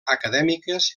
acadèmiques